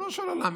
ריבונו של עולם,